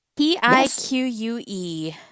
P-I-Q-U-E